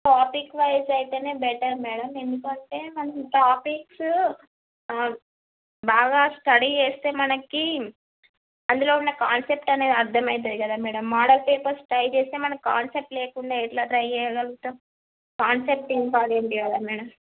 topic wise అయితేనే better madam ఎందుకంటే మనము టాపిక్స్ బాగా స్టడీ చేస్తే మనకి అందులో ఉన్న కాన్సెప్ట్ అనేది అర్థము అవుతాయి కదా మేడం మోడల్ పేపర్స్ ట్రై చేస్తే మనకి కాన్సెప్ట్ లేకుండా ఎలా ట్రై చెయ్యగలుగుతాం కాన్సెప్ట్ ఇంపార్టెంట్ కదా మేడం